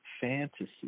fantasy